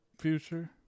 future